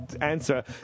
answer